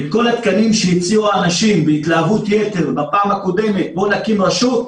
וכל התקנים שהציעו אנשים בהתלהבות יתר בפעם הקודמת בוא נקים רשות,